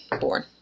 Born